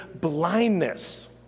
blindness